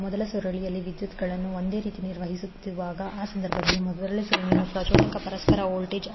ಮೊದಲ ಸುರುಳಿಯಲ್ಲಿ ವಿದ್ಯುತ್ಗಳನ್ನು ಒಂದೇ ರೀತಿ ನಿರ್ವಹಿಸುವಾಗ ಆ ಸಂದರ್ಭದಲ್ಲಿ ಮೊದಲ ಸುರುಳಿಯಲ್ಲಿ ಪ್ರಚೋದಿತ ಪರಸ್ಪರ ವೋಲ್ಟೇಜ್ M12di2dt